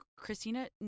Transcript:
Christina